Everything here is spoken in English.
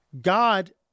God